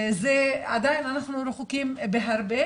זה עדיין אנחנו רחוקים בהרבה,